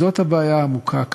זאת הבעיה העמוקה כאן.